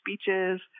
speeches